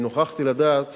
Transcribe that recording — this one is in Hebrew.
נוכחתי לדעת